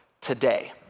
today